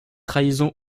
trahison